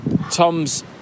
Tom's